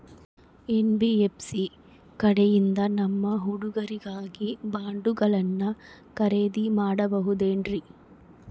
NBFC ಕಡೆಯಿಂದ ನಮ್ಮ ಹುಡುಗರಿಗಾಗಿ ಬಾಂಡುಗಳನ್ನ ಖರೇದಿ ಮಾಡಬಹುದೇನ್ರಿ?